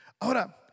Ahora